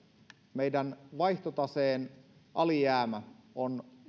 meidän vaihtotaseen alijäämä on